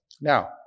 Now